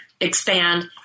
expand